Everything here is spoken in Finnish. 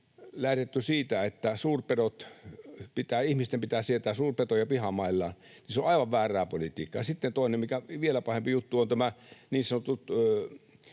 lähdetty siitä, että ihmisten pitää sietää suurpetoja pihamaillaan, on aivan väärää politiikkaa. Sitten toinen, mikä on vielä pahempi juttu, ovat nämä niin sanotut